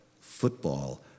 football